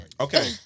Okay